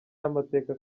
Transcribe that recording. y’amateka